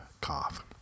cough